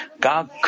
God